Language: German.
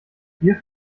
wir